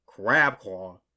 Crabclaw